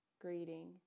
greeting